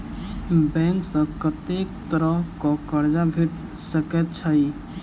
Bank सऽ कत्तेक तरह कऽ कर्जा भेट सकय छई?